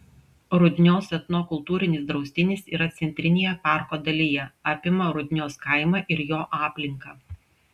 rudnios etnokultūrinis draustinis yra centrinėje parko dalyje apima rudnios kaimą ir jo aplinką